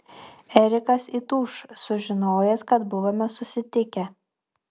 erikas įtūš sužinojęs kad buvome susitikę